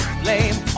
blame